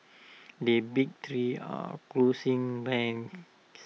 the big three are closing ranks